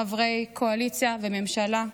חברי קואליציה והממשלה,